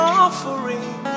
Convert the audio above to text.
offering